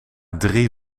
drie